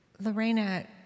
Lorena